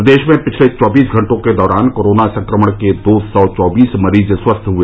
प्रदेश में पिछले चौबीस घंटों के दौरान कोरोना संक्रमण के दो सौ चौबीस मरीज स्वस्थ हुए